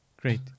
Great